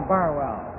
Barwell